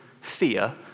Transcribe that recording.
fear